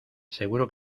seguro